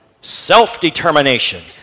self-determination